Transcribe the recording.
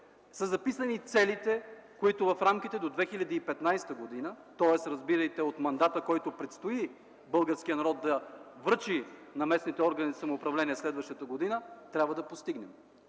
са записани целите, които в рамките до 2015 г., тоест разбирайте от мандата, който предстои българският народ да връчи на местните органи за самоуправление следващата година, трябва да постигнем.